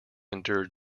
endured